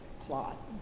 plot